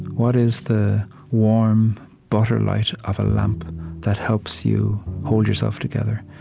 what is the warm butter light of a lamp that helps you hold yourself together?